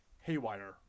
haywire